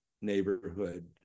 neighborhood